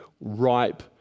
ripe